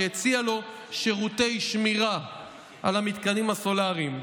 שהציע לו שירותי שמירה על המתקנים הסולריים.